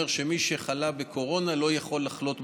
שמי שחלה בקורונה לא יכול לחלות בשנית.